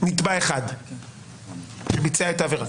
נתבע אחד שביצע את העבירה.